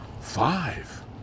five